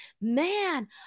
man